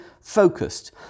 focused